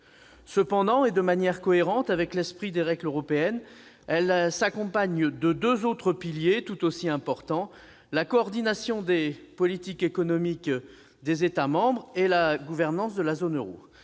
Cependant, et de manière cohérente avec l'esprit des règles européennes, elle s'accompagne de deux autres piliers tout aussi importants : la coordination des politiques économiques des États membres et la gouvernance de la zone euro.